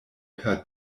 per